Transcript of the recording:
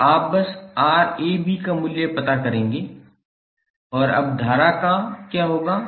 तो आप बस Rab का मूल्य प्राप्त करेंगे और अब धारा क्या होगा